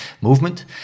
movement